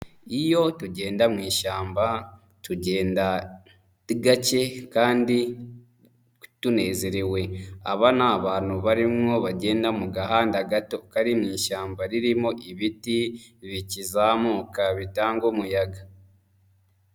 Iyo tugenda mu ishyamba tugenda gake kandi tunezerewe, aba ni abantu barimwo bagenda mu gahanda gato kari mu ishyamba ririmo ibiti bikizamuka bitanga umuyaga.